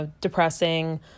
depressing